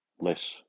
less